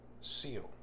seal